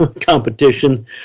competition